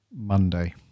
Monday